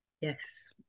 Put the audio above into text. Yes